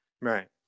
right